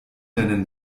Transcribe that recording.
deine